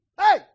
Hey